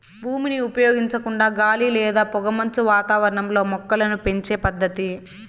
భూమిని ఉపయోగించకుండా గాలి లేదా పొగమంచు వాతావరణంలో మొక్కలను పెంచే పద్దతి